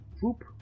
whoop